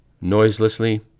Noiselessly